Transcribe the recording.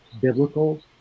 biblical